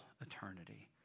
eternity